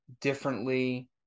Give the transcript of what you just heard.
differently